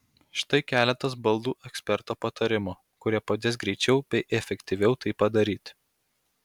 štai keletas baldų eksperto patarimų kurie padės greičiau bei efektyviau tai padaryti